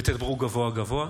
ותדברו גבוהה-גבוהה.